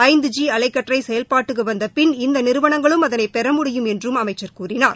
ஐந்து ஜி அலைக்கற்றைசெயல்பாட்டுக்குவந்தபின் இந்தநிறுவனங்களும் அதனைபெற முடியும் என்றுஅமைச்சர் கூறினார்